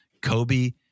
Kobe